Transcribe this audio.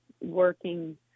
working